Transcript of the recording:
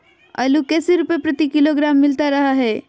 आलू कैसे रुपए प्रति किलोग्राम मिलता रहा है?